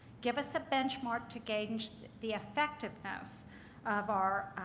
give us a benchmark to gauge the effectiveness of our